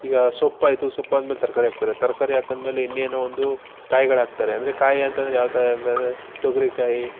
ಈಗ ಸೊಪ್ಪು ಆಯಿತು ಸೊಪ್ಪು ಆದ್ಮೇಲೆ ತರಕಾರಿ ಹಾಕ್ತರೆ ತರಕಾರಿ ಹಾಕಿದ್ಮೇಲೆ ಇನ್ನೇನು ಒಂದು ಕಾಯ್ಗಳು ಹಾಕ್ತಾರೆ ಅಂದರೆ ಕಾಯಿ ಅಂತಂದರೆ ಯಾವ ಥರ ಅಂತಂದರೆ ತೊಗರಿಕಾಯೀ